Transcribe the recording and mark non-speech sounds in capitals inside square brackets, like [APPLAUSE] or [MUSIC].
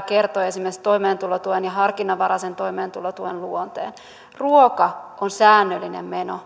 [UNINTELLIGIBLE] kertoi esimerkiksi toimeentulotuen ja harkinnanvaraisen toimeentulotuen luonteen ruoka on säännöllinen meno